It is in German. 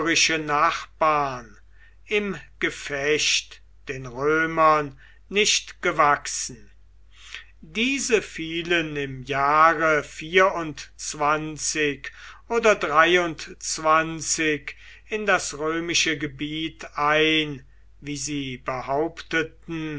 nachbarn im gefecht den römern nicht gewachsen diese fielen im jahre oder in das römische gebiet ein wie sie behaupteten